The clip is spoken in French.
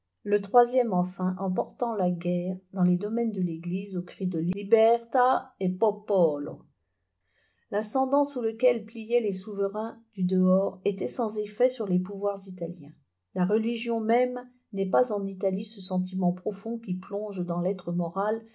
le troisième enfin en porla guerre dans les domaines de l'eglise au cri de libertà e popolo l'ascendant sous lequel pliaient les souverains du dehors était sans effet sur les pouvoirs italiens la religion même n'est pas en italie ce sentiment profond qui plonge dans l'être moral